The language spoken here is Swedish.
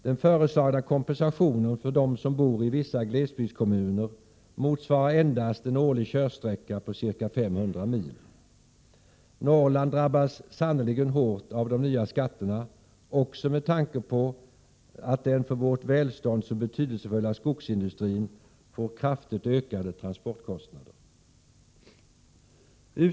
Den föreslagna kompensationen för dem som bor i vissa glesbygdskommuner motsvarar endast en årlig körsträcka på ca 500 mil. Norrland drabbas sannerligen hårt av de nya skatterna också med tanke på att den för vårt välstånd så betydelsfulla skogsindustrin får kraftigt ökade transportkostnader.